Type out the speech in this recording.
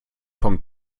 von